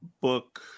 book